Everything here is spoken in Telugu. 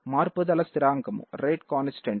మార్పుదల స్థిరాంకం k1000 మరియు ER 2500